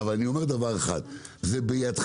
אבל אני אומר דבר אחד, זה בידכם.